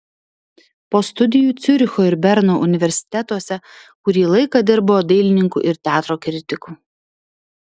po studijų ciuricho ir berno universitetuose kurį laiką dirbo dailininku ir teatro kritiku